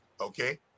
Okay